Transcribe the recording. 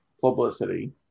publicity